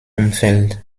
umfeld